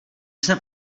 jsem